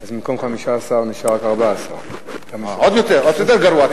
אז במקום 15 נשארו רק 14. עוד יותר גרוע,